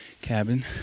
cabin